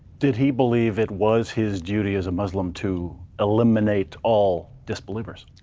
did he believe it was his duty as a muslim to eliminate all disbelievers?